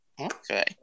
Okay